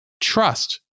trust